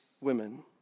women